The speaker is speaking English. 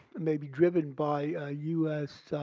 may be driven by u s.